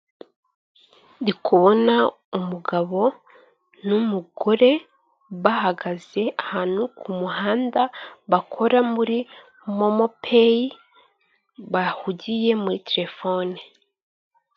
Ndikubona umugabo, n'umugore, bahagaze ahantu ku muhanda, bakora muri momopeyi, bahugiye muri telefone.